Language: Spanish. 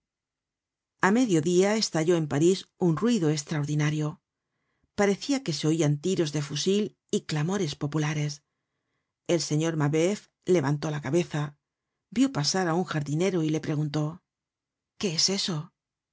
a medio dia estalló en paris un ruido estraordinario parecía que se oían tiros de fusil y clamores populares el señor mabeuf levantó la cabeza vió pasar á un jardinero y le preguntó qué es eso